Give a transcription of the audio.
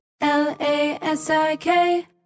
l-a-s-i-k